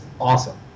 awesome